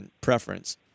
preference